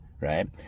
right